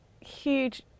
huge